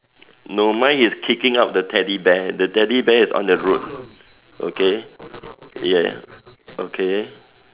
no mine is kicking out the teddy bear the teddy bear is on the road okay ya okay